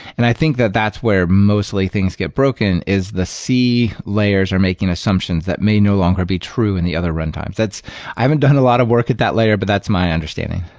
and i think that that's where mostly things get broken is the c layers are making assumptions that may no longer be true in the other runtimes. i haven't done a lot of work at that layer, but that's my understanding.